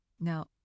Now